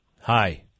Hi